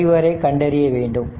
5 வரை கண்டறிய வேண்டும்